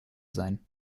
sein